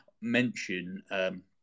mention